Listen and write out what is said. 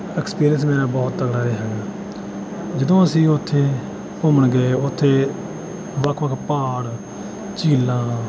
experience ਮੇਰਾ ਬਹੁਤ ਤਕੜਾ ਰਿਹਾ ਹੈਗਾ ਜਦੋਂ ਅਸੀਂ ਉੱਥੇ ਘੁੰਮਣ ਗਏ ਉੱਥੇ ਵੱਖ ਵੱਖ ਪਹਾੜ ਝੀਲਾਂ